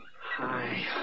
Hi